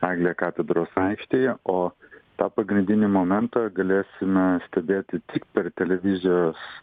eglė katedros aikštėje o tą pagrindinį momentą galėsime stebėti tik per televizijos